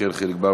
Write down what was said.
יחיאל חיליק בר?